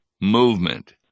movement